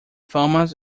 thomas